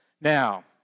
now